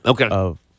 Okay